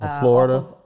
Florida